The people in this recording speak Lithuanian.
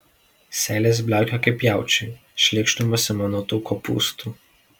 seilės bliaukia kaip jaučiui šleikštumas ima nuo tų kopūstų